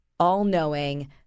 all-knowing